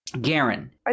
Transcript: Garen